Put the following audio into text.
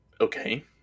Okay